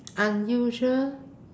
unusual